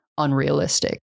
Unrealistic